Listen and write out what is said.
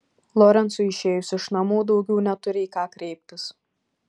lorencui išėjus iš namų daugiau neturi į ką kreiptis